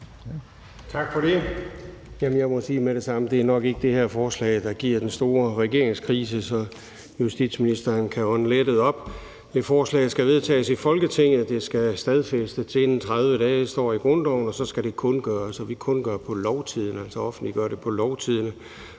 Tak for det. Jeg må sige med det samme, at det nok ikke er det her forslag, der giver den store regeringskrise, så justitsministeren kan ånde lettet op. Et forslag skal vedtages i Folketinget, og stadfæstelse skal ske inden 30 dage – det står i grundloven – og så skal det kundgøres. Og vi kundgør på Lovtidende, altså offentliggør det på Lovtidende.